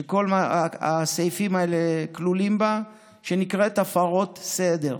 שכל הסעיפים האלה כלולים בה, שנקראת הפרות סדר.